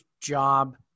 job